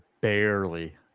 barely